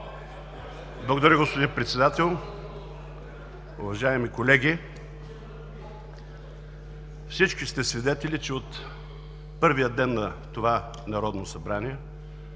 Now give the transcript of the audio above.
Благодаря, господин Председател. Уважаеми колеги, всички сте свидетели, че от първия ден на това Народно събрание